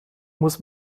muss